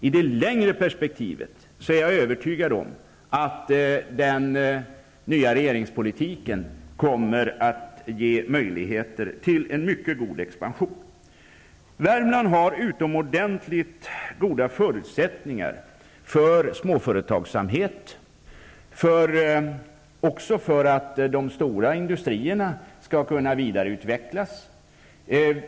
I det längre perspektivet är jag övertygad om att den nya regeringspolitiken kommer att ge möjligheter till en mycket god expansion. Värmland har utomordenligt goda förutsättningar för småföretagsamhet och även för stora industrierna att vidareutvecklas.